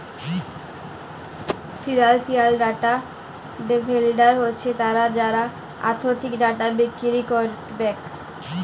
financial data vendor হছে তারা যারা আথ্থিক ডাটা বিক্কিরি ক্যারবেক